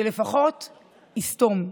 שלפחות יסתום.